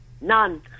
None